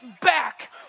back